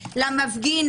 למפגין,